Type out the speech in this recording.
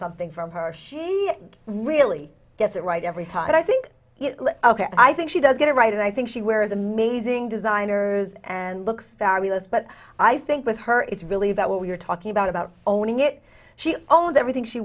something from her she really gets it right every time i think ok i think she does get it right and i think she wears amazing designers and looks fabulous but i think with her it's really about what we're talking about about owning it she owns everything she